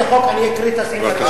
ייתן לי את החוק אני אקריא את הסעיף.